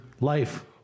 life